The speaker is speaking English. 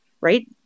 right